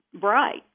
bright